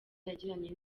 yagiranye